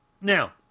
now